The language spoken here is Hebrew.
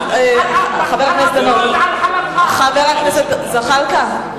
חבר הכנסת זחאלקה,